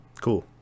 cool